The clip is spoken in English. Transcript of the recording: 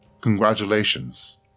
Congratulations